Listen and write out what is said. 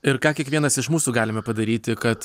ir ką kiekvienas iš mūsų galime padaryti kad